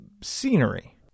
scenery